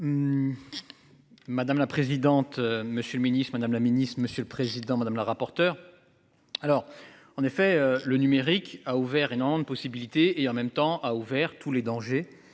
Madame la présidente. Monsieur le Ministre, Madame la Ministre, Monsieur le Président Madame la rapporteure. Alors en effet, le numérique a ouvert et Nantes possibilité et en même temps a ouvert tous les dangers